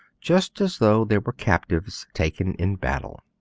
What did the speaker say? just as though they were captives taken in battle.